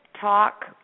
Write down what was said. talk